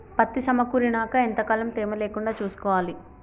పత్తి సమకూరినాక ఎంత కాలం తేమ లేకుండా చూసుకోవాలి?